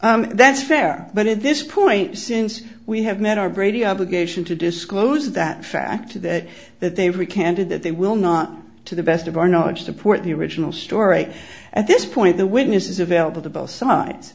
what that's fair but at this point since we have met our brady obligation to disclose that fact to that that they recanted that they will not to the best of our knowledge support the original story at this point the witness is available to both sides